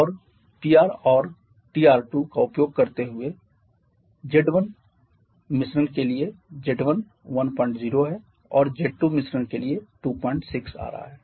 और Pr और Tr2 का उपयोग करते हुए Z1 मिश्रण के लिए Z1 10 है और Z2मिश्रण के लिए 26 आ रहा है